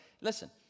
Listen